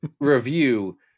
review